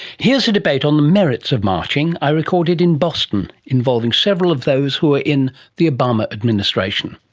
here's a debate on the merits of marching i recorded in boston, involving several of those who were in the obama administration.